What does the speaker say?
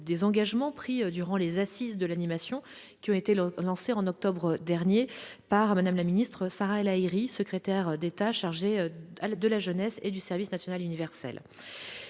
des engagements pris durant les assises de l'animation, qui ont été lancées en octobre dernier par Mme Sarah El Haïry, secrétaire d'État chargée de la jeunesse et du service national universel,